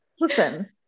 listen